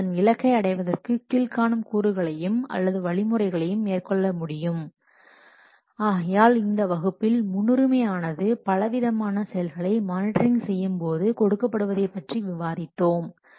அது அதன் இலக்கை அடைவதற்கு கீழ்க்காணும் கூறுகளையும் அல்லது வழிமுறைகளையும் மேற்கொள்ள முடியும் ஆகையால் இந்த வகுப்பில் முன்னுரிமை ஆனது பல விதமான செயல்களை மானிட்டர் செய்யும்போது கொடுக்கப்படுவதை பற்றி விவாதித்தோம்